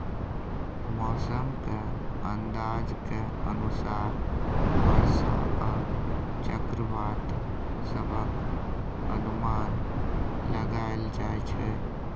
मौसम के अंदाज के अनुसार बरसा आ चक्रवात सभक अनुमान लगाइल जाइ छै